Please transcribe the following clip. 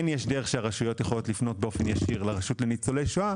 כן יש דרך שהרשויות יכולות לפנות באופן ישיר לרשות לניצולי שואה,